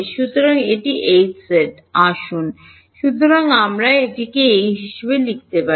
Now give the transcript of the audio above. সুতরাং এটি Hz আসুন সুতরাং আমি কি এই হিসাবে লিখতে হবে